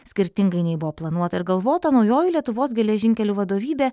skirtingai nei buvo planuota ir galvota naujoji lietuvos geležinkelių vadovybė